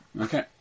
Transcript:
Okay